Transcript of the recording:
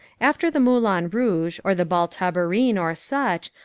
after the moulin rouge or the bal tabarin or such,